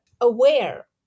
aware